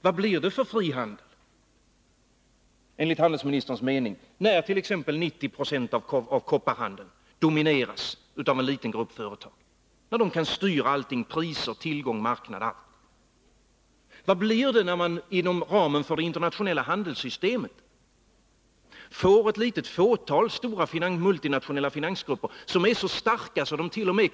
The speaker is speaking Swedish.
Vad blir det för frihandel enligt handelsministerns mening, när t.ex. 90 2 av kopparhandeln domineras av en liten grupp företag, som kan styra priser, tillgång, marknad, allting? Vad blir det när man inom ramen för det internationella handelssystemet får ett litet fåtal stora multinationella finansgrupper, som är så starka att det.o.m.